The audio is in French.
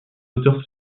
auteurs